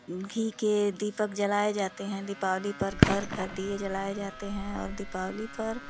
घी के दीपक जलाए जाते हैं दीपावली पर घर घर दिए जलाए जाते हैं और दीपावली पर